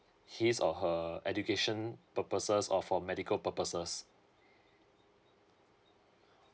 his or her education purposes or for medical purposes